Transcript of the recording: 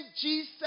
jesus